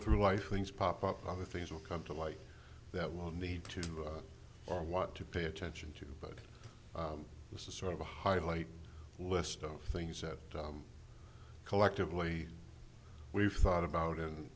through life things pop up other things will come to light that will need to or want to pay attention to but this is sort of a highlight list of things that collectively we've thought about